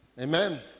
Amen